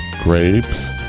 Grapes